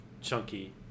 chunky